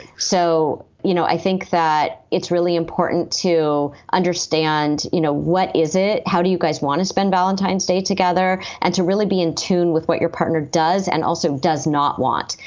so, you know, i think that it's really important to understand, you know, what is it? how do you guys want to spend valentine's day together and to really be in tune with what your partner does? and also does not want.